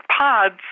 pods